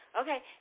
Okay